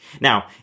Now